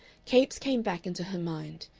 capes came back into her mind.